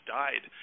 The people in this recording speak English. died